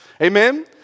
Amen